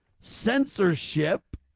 Censorship